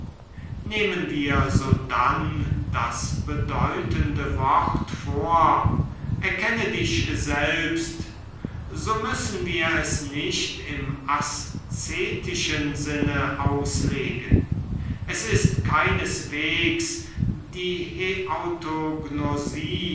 nehmen wir sodann das bedeutende wort vor erkenne dich selbst so müssen wir es nicht im aszetischen sinne auslegen es ist keineswegs die